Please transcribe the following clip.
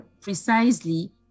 precisely